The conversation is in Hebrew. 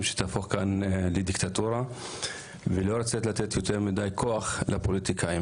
שתהפוך כאן לדיקטטורה ולא לרצות לתת יותר מידי כוח לפוליטיקאים.